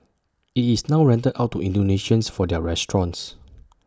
IT is now rented out to Indonesians for their restaurant